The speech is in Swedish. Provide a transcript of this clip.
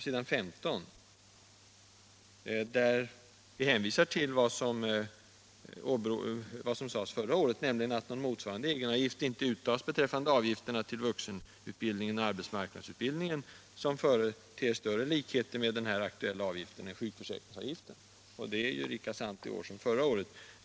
Vi hänvisar där till vad som sades förra året, nämligen att någon motsvarande egenavgift inte uttas beträffande avgifterna till vuxenutbildningen och arbetsmarknadsutbildningen, som företer större likheter med den här aktuella avgiften än sjukförsäkringsavgiften. Det är ju lika sant i år som förra året.